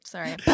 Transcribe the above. Sorry